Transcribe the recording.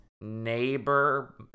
neighbor